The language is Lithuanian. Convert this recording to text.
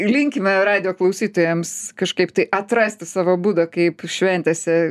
linkime radijo klausytojams kažkaip tai atrasti savo būdą kaip šventėse